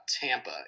Tampa